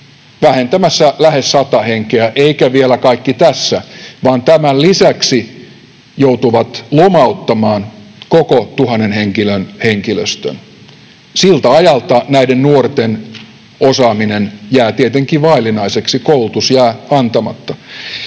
vähentämässä lähes sata henkeä — eikä vielä kaikki tässä, vaan tämän lisäksi joutuvat lomauttamaan koko tuhannen henkilön henkilöstön. Siltä ajalta näiden nuorten osaaminen jää tietenkin vaillinaiseksi, koulutus jää antamatta.